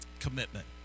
commitment